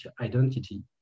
identity